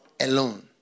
alone